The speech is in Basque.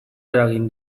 eragin